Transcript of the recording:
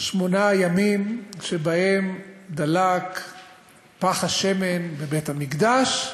שמונה ימים שבהם דלק פך השמן בבית-המקדש.